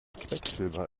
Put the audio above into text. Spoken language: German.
quecksilber